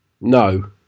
No